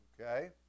Okay